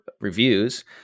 reviews